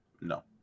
No